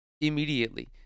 immediately